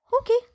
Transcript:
okay